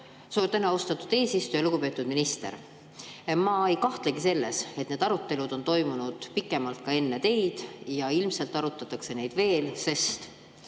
Suur tänu, austatud eesistuja! Lugupeetud minister! Ma ei kahtlegi selles, et need arutelud on toimunud pikemalt ka enne teid ja ilmselt arutatakse neid veel, sest